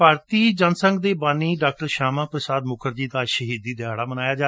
ਭਾਰਤੀ ਜਨ ਸੰਘ ਦੇ ਬਾਨੀ ਡਾ ਸ਼ਿਆਮਾ ਪ੍ਰਸਾਦ ਮੁਖਰਜੀ ਦਾ ਅੱਜ ਸ਼ਹੀਦੀ ਦਿਹਾੜਾ ਮਨਾਇਆ ਗਿਆ